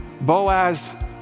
Boaz